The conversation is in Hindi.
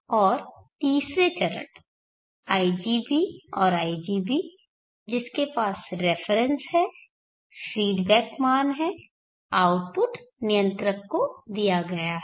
और तीसरे चरण igB और igB जिसके पास रेफरेन्स है फ़ीडबैक मान हैआउटपुट नियंत्रक को दिया गया है